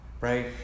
right